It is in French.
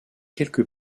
quelque